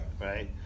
right